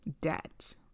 debt